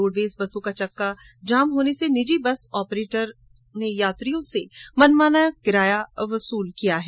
roadways बसों का चक्का होने से निजी बस ऑपरेटरो यात्रियों से मनमाना किराया वसुल कर रहे हैं